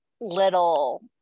little